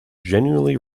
genuinely